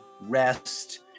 rest